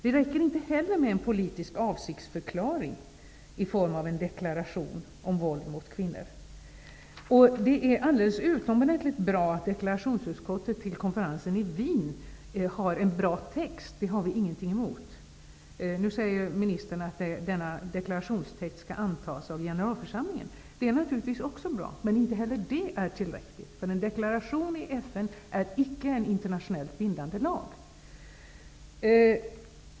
Det räcker inte heller med en politisk avsiktsförklaring i form av en deklaration om våld mot kvinnor. Det är alldeles utomordentligt bra att deklarationsutskottet till konferensen i Wien har en bra text. Det har vi ingenting emot. Nu säger ministern att denna deklarationstext skall antas av generalförsamlingen. Det är naturligtvis också bra, men inte heller det är tillräckligt. En deklaration i FN är icke en internationellt bindande lag.